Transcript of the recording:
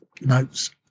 notes